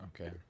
Okay